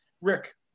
Rick